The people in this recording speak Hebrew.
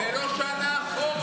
זה לא שנה אחורה.